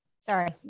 Sorry